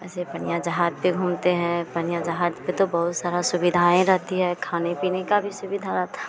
ऐसे पनियाँ जहाज पर घूमते हैं पनियाँ जहाज पर तो बहुत सारी सुविधाएँ रहती हैं खाने पीने की भी सुविधा रहती